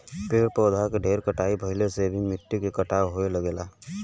पेड़ पौधा के ढेर कटाई भइला से भी मिट्टी के कटाव होये लगेला